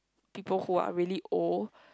people who are really old